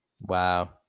Wow